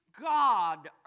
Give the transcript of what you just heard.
God